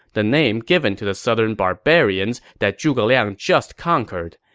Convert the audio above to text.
the name given to the southern barbarians that zhuge liang just conquered.